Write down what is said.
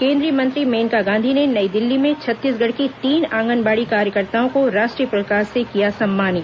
केंद्रीय मंत्री मेनका गांधी ने नई दिल्ली में छत्तीसगढ़ की तीन आंगनबाड़ी कार्यकर्ताओं को राष्ट्रीय प्रस्कार से किया सम्मानित